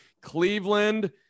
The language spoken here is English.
Cleveland